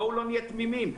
בואו לא נהיה תמימים,